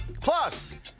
Plus